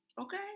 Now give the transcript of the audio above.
okay